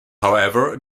however